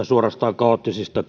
suorastaan kaoottisilta